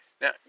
Now